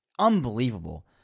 unbelievable